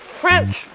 French